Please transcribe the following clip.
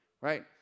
right